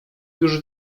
już